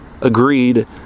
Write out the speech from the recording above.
agreed